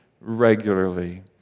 regularly